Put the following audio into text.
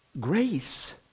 Grace